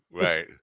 Right